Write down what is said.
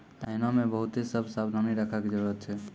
एहनो मे बहुते सभ सावधानी राखै के जरुरत छै